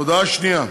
הודעה שנייה: